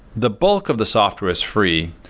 the bulk of the software is free,